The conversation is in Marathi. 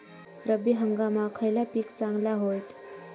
रब्बी हंगामाक खयला पीक चांगला होईत?